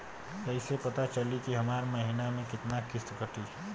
कईसे पता चली की हमार महीना में कितना किस्त कटी?